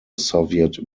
soviet